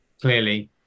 clearly